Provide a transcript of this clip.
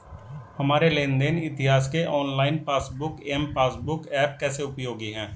हमारे लेन देन इतिहास के online passbook M passbook app कैसे उपयोगी है?